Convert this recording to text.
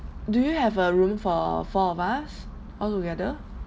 do you have a room for four of us all together